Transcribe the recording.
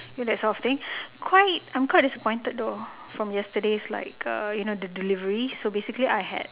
you know that sort of thing quite I'm quite disappointed though from yesterday's like uh you know the delivery so basically I had